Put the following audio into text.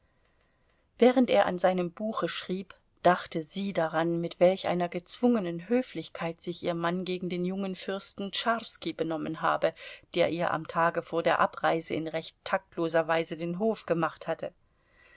während er an seinem buche schrieb dachte sie daran mit welch einer gezwungenen höflichkeit sich ihr mann gegen den jungen fürsten tscharski benommen habe der ihr am tage vor der abreise in recht taktloser weise den hof gemacht hatte